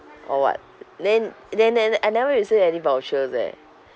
or what then then then I never received any vouchers eh